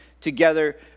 together